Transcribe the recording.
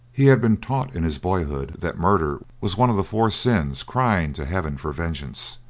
he had been taught in his boyhood that murder was one of the four sins crying to heaven for vengeance,